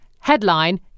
Headline